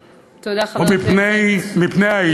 מפני,